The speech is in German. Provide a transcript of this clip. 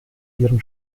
ihren